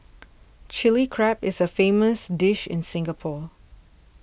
Chilli Crab is a famous dish in Singapore